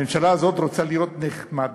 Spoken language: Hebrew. הממשלה הזאת רוצה להיות נחמדה,